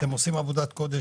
אנחנו מכירים את המפעל,